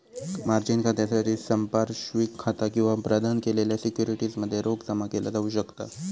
margin खात्यासाठी संपार्श्विक खाता किंवा प्रदान केलेल्या सिक्युरिटीज मध्ये रोख जमा केला जाऊ शकता